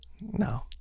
No